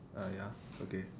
uh ya okay